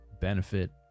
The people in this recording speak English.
benefit